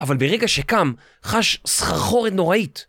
אבל ברגע שקם חש סחרחורת נוראית